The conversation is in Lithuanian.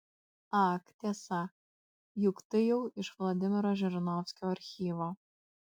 ak tiesa juk tai jau iš vladimiro žirinovskio archyvo